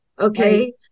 Okay